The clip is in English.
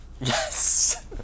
Yes